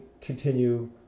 continue